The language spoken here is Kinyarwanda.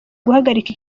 guhagarika